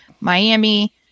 Miami